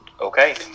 Okay